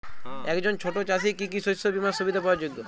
একজন ছোট চাষি কি কি শস্য বিমার সুবিধা পাওয়ার যোগ্য?